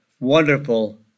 wonderful